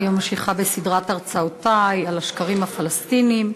אני ממשיכה בסדרת הרצאותי על השקרים הפלסטיניים.